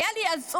הייתה לי הזכות,